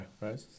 right